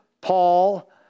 Paul